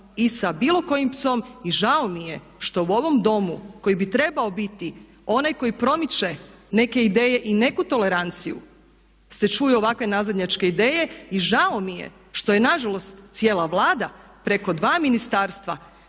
i sa bilo kojim psom i žao mi je što u ovom Domu koji bi trebao biti onaj koji promiče neke ideje i neku toleranciju se čuju ovakve nazadnjačke ideje. I žao mi je što je na žalost cijela Vlada preko 2 ministarstva